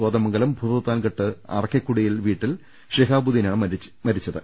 കോതമംഗലം ഭൂതത്താൻകെട്ട് അറയ്ക്കക്കുടിയിൽ വീട്ടിൽ ഷിഹാബുദ്ദീൻ ആണ് മരിച്ചത്